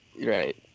Right